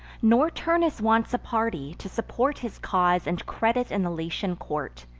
nor turnus wants a party, to support his cause and credit in the latian court.